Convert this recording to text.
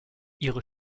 ihre